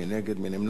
מי נגד?